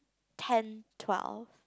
ten twelve